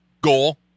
goal